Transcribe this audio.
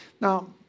Now